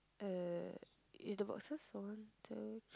uh is the boxes one two